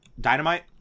Dynamite